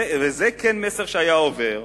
זה כן מסר שהיה עובר,